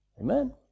Amen